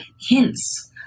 hints